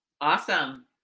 Awesome